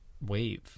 wave